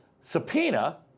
subpoena